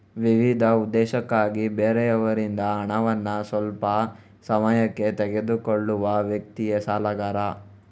ವಿವಿಧ ಉದ್ದೇಶಕ್ಕಾಗಿ ಬೇರೆಯವರಿಂದ ಹಣವನ್ನ ಸ್ವಲ್ಪ ಸಮಯಕ್ಕೆ ತೆಗೆದುಕೊಳ್ಳುವ ವ್ಯಕ್ತಿಯೇ ಸಾಲಗಾರ